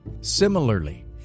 Similarly